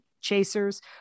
Chasers